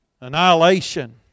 Annihilation